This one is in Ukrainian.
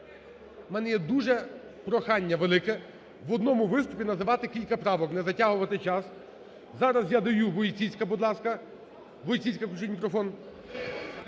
у мене є дуже прохання велике, в одному виступі надавати кілька правок не затягувати час. Зараз я даю, Войціцька, будь ласка. Войціцька, включіть мікрофон.